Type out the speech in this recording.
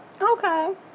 Okay